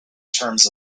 terms